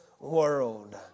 world